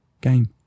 game